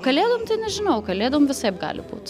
kalėdom tai nežinau kalėdom visaip gali būt